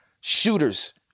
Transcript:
shooters